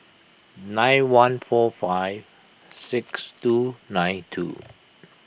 nine one four five six two nine two